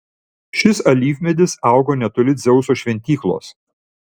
šis alyvmedis augo netoli dzeuso šventyklos